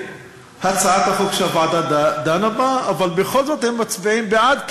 הצעת החוק שהוועדה דנה בה אבל בכל זאת הם מצביעים בעד,